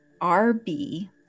RB